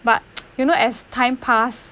but you know as time pass